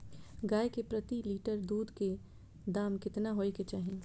गाय के प्रति लीटर दूध के दाम केतना होय के चाही?